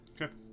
Okay